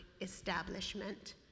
establishment